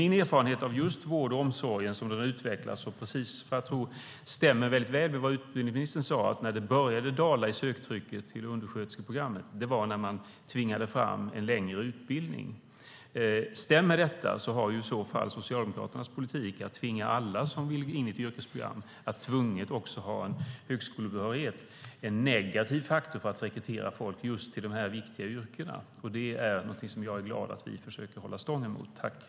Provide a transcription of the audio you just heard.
Min erfarenhet av vården och omsorgen, så som den har utvecklats, stämmer väl med vad utbildningsministern sade, att söktrycket till undersköterskeprogrammet började dala när man tvingade fram en längre utbildning. Om det stämmer har i så fall Socialdemokraternas politik, att tvinga alla som vill in i ett yrkesprogram att skaffa sig högskolebehörighet, blivit en negativ faktor när det gällt att rekrytera folk till dessa viktiga yrken. Jag är glad att vi försöker hålla den utvecklingen stången.